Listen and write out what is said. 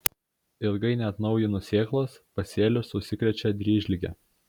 ilgai neatnaujinus sėklos pasėlis užsikrečia dryžlige